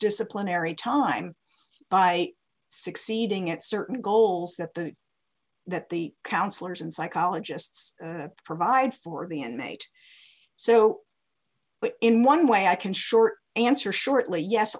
disciplinary time by succeeding at certain goals that the that the counselors and psychologists provide for the inmate so in one way i can short answer shortly yes